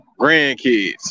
grandkids